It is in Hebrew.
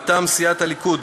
מטעם סיעת הליכוד,